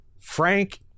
frank